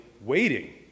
waiting